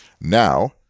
now